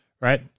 right